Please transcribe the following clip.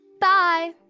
Bye